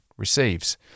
receives